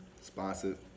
Sponsored